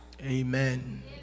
amen